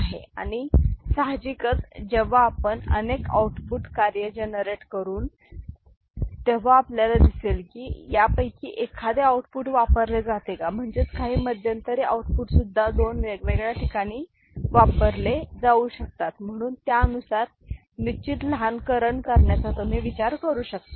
S3S2S1S0 ही एक मूलभूत कल्पना आहे आणि सहाजिकच जेव्हा आपण अनेक आऊटपुट कार्य जनरेट करून तेव्हा आपल्याला दिसेल की त्यापैकी एखादे आउटपुट वापरले जाते का म्हणजेच काही मध्यंतरी आउटपुट सुद्धा दोन वेगवेगळ्या ठिकाणी वापरले जाऊ शकतात म्हणून त्यानुसार निश्चित लहानकरण करण्याचा तुम्ही विचार करू शकता